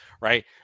right